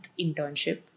internship